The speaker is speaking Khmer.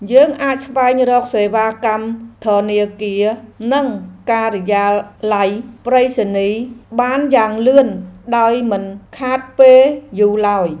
យើងអាចស្វែងរកសេវាកម្មធនាគារ និងការិយាល័យប្រៃសណីយ៍បានយ៉ាងលឿនដោយមិនខាតពេលយូរឡើយ។